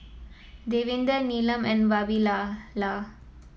Davinder Neelam and Vavilala